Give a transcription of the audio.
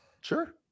Sure